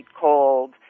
called